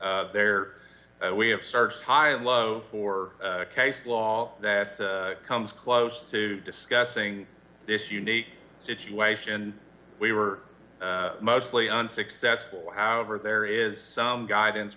there we have searched high and low for case law that comes close to discussing this unique situation we were mostly unsuccessful however there is some guidance